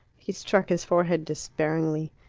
he struck his forehead despairingly.